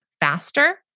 faster